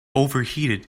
overheated